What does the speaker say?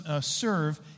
serve